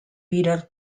bitter